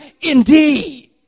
indeed